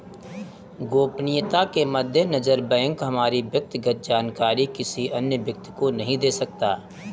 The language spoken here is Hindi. गोपनीयता के मद्देनजर बैंक हमारी व्यक्तिगत जानकारी किसी अन्य व्यक्ति को नहीं दे सकता